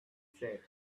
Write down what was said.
said